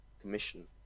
commission